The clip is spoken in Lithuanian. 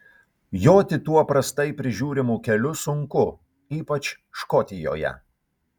joti tuo prastai prižiūrimu keliu sunku ypač škotijoje